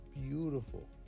beautiful